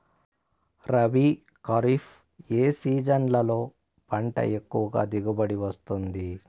రబీ, ఖరీఫ్ ఏ సీజన్లలో పంట ఎక్కువగా దిగుబడి వస్తుంది